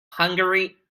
hungary